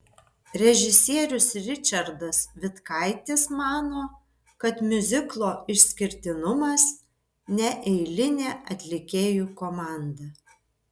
režisierius ričardas vitkaitis mano kad miuziklo išskirtinumas neeilinė atlikėjų komanda